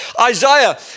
Isaiah